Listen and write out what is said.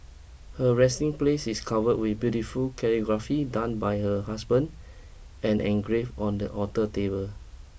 her resting place is covered with beautiful calligraphy done by her husband and engraved on the altar table